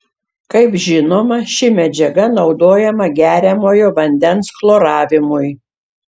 kaip žinoma ši medžiaga naudojama geriamojo vandens chloravimui